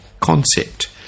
concept